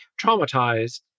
traumatized